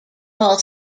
call